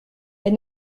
est